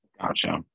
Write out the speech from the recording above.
Gotcha